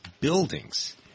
buildings